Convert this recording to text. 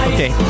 Okay